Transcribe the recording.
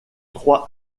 trois